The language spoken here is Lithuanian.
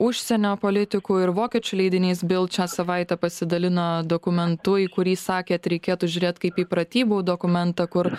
užsienio politikų ir vokiečių leidinys bil čia savaitę pasidalino dokumentu į kurį sakėt reikėtų žiūrėt kaip į pratybų dokumentą kur